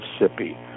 Mississippi